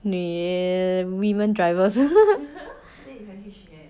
女 women drivers